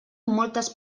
moltes